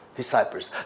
disciples